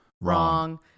Wrong